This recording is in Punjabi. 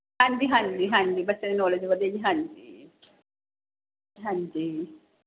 ਹਾਂਜੀ ਹਾਂਜੀ ਹਾਂਜੀ ਬੱਚਿਆਂ ਦੀ ਨੌਲੇਜ ਵਧੇਗੀ ਹਾਂਜੀ ਹਾਂਜੀ